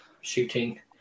shooting